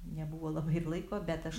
nebuvo labai ir laiko bet aš